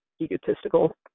egotistical